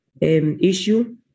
issue